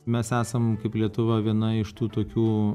mes esam kaip lietuva viena iš tų tokių